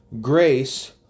grace